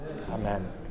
Amen